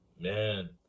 Man